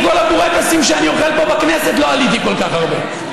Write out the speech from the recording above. עם כל הבורקסים שאני אוכל פה בכנסת לא עליתי כל כך הרבה.